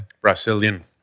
Brazilian